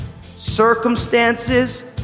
circumstances